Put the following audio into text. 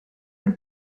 een